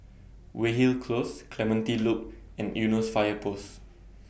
Weyhill Close Clementi Loop and Eunos Fire Post